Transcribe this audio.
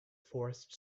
forest